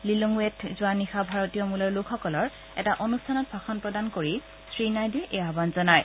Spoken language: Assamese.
লিলোংৱেত যোৱা নিশা ভাৰতীয় মূলৰ লোকসকলৰ এটা অনুষ্ঠানত ভাষণ প্ৰদান কৰি শ্ৰীনাইডুৰে এই আহান জনায়